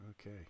Okay